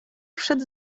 wszedł